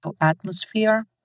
atmosphere